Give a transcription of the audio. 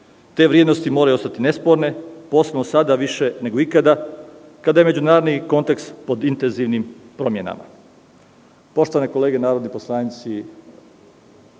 Te vrednosti moraju ostati nesporne, posebno sada više nego ikada kada je međunarodni kontekst pod intenzivnim promenama. Poštovane kolege narodni poslanici,